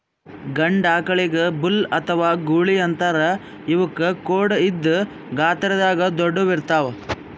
ಗಂಡ ಆಕಳಿಗ್ ಬುಲ್ ಅಥವಾ ಗೂಳಿ ಅಂತಾರ್ ಇವಕ್ಕ್ ಖೋಡ್ ಇದ್ದ್ ಗಾತ್ರದಾಗ್ ದೊಡ್ಡುವ್ ಇರ್ತವ್